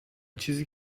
چیزی